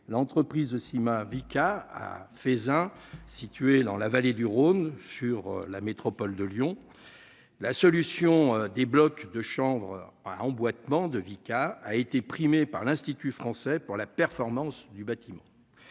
l'entreprise si ma. Vicat à Feyzin, située dans la vallée du Rhône, sur la métropole de Lyon la solution débloque de chambres emboîtement de Vicat a été primé par l'institut français pour la performance du bâtiment